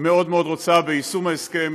מאוד מאוד רוצה ביישום ההסכם,